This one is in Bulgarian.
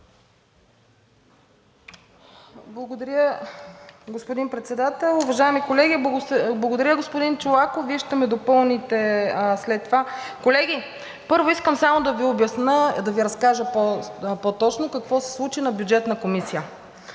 Благодаря, господин Председател. Уважаеми колеги! Благодаря, господин Чолаков, Вие ще ме допълните след това. Колеги, първо искам само да Ви разкажа по-точно какво се случи в Бюджетната комисия.